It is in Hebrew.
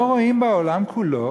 לא רואים בעולם כולו